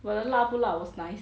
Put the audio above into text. but 的辣不辣 was nice